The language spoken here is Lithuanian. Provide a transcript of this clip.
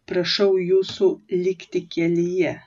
prašau jūsų likti kelyje